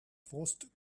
forced